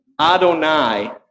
Adonai